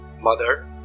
Mother